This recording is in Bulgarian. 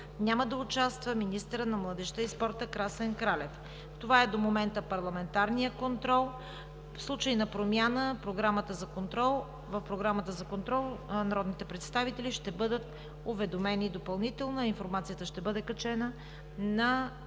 няма да участва министърът на младежта и спорта Красен Кралев. Това е до момента парламентарният контрол. В случай на промяна в програмата за парламентарен контрол народните представители ще бъдат уведомени допълнително. Информацията ще бъде качена на